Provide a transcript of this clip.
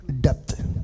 depth